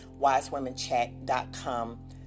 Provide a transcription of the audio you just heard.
wisewomenchat.com